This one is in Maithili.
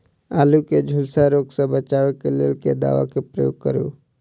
आलु केँ झुलसा रोग सऽ बचाब केँ लेल केँ दवा केँ प्रयोग करू?